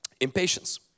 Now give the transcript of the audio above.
Impatience